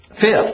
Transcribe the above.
Fifth